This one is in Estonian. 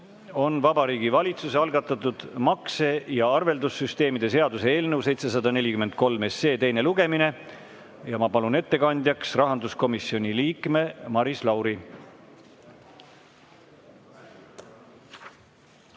on Vabariigi Valitsuse algatatud makse- ja arveldussüsteemide seaduse eelnõu 743 teine lugemine. Ma palun ettekandjaks rahanduskomisjoni liikme Maris Lauri.